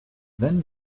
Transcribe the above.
then